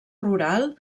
rural